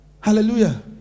Hallelujah